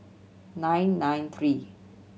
nine nine three